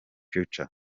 future